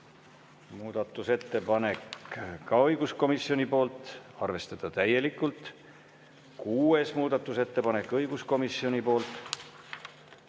muudatusettepanek, ka õiguskomisjonilt, arvestada täielikult. Kuues muudatusettepanek, õiguskomisjonilt,